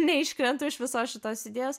neiškrentu iš visos šitos idėjos